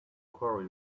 quarry